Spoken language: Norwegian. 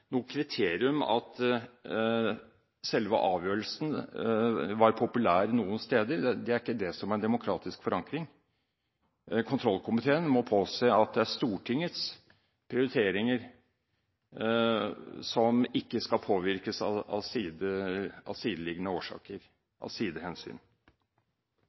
noe kriterium at selve avgjørelsen var populær noen steder. Det er ikke det som er demokratisk forankring. Kontrollkomiteen må påse at det er Stortingets prioriteringer som ikke skal påvirkes av sidehensyn. Vi konkluderer med at på bakgrunn av